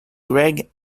greg